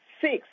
six